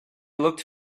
looked